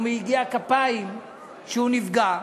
או מיגיעת כפיים הוא נפגע,